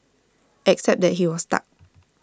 except that he was stuck